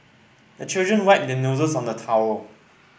the children wipe their noses on the towel